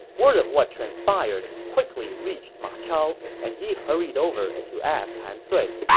word of what transpired quickly reached ma chao, and he hurried over to ask han sui,